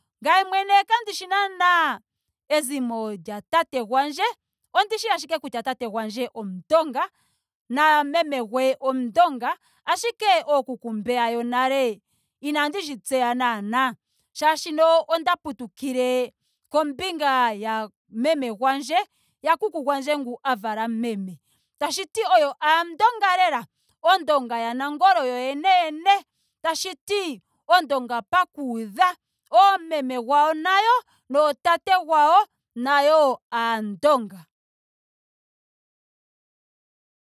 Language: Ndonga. Ngame mwene kandishi naana ezimo lya tate gwandje. ondishi ashike kutya tate gwandje omundonga. na memegwe omundonga. ashike ookuku mbeya yonale inandi shi tseya naana. Molwaashoka onda putukile kombinga ya meme gwandje. Ya kuku gwandje ngu a vala meme. Tashiti oyo aandonga lela. Ondonga ya nangolo yoyene yene. Tashiti ondonga pakuudha. oomeme gwayo nayo nootata gwayo nayo aandonga